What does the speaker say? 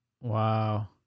Wow